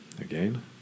again